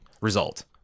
result